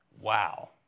Wow